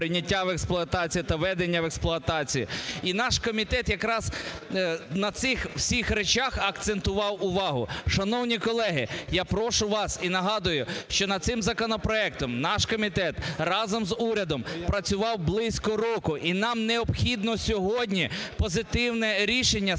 прийняття в експлуатацію та введення в експлуатацію. І наш комітет якраз на цих всіх речах акцентував увагу. Шановні колеги, я прошу вас і нагадую, що над цим законопроектом наш комітет разом з урядом працював близько року і нам необхідно сьогодні позитивне рішення саме